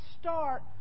start